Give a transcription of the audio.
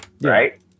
right